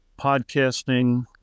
podcasting